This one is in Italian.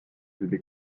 giulio